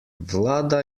vlada